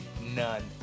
None